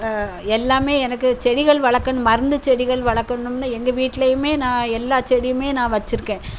எல்லாம் எனக்கு செடிகள் வளர்க்கணும் மருந்து செடிகள் வளர்க்கணும்னு எங்கள் வீட்லேயுமே நான் எல்லா செடியும் நான் வச்சிருக்கேன்